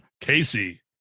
Casey